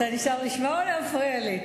אתה נשאר לשמוע או להפריע לי?